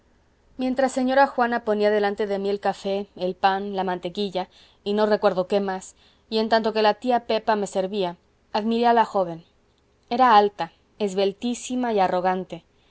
mientras señora juana ponía delante de mí el café el pan la mantequilla y no recuerdo qué más y en tanto que la tía pepa me servía admiré a la joven era alta esbeltísima y arrogante